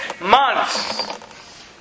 months